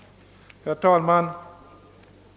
Herr talman!